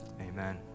Amen